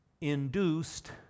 induced